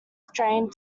strained